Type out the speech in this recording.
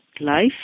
life